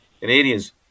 Canadians